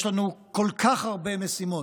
יש לנו כל כך הרבה משימות,